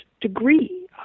degree